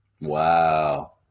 Wow